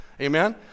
Amen